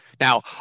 Now